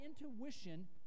intuition